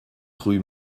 rue